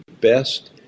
best